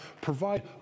provide